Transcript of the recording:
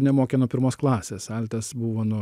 nemokė nuo pirmos klasės altas buvo nuo